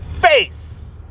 face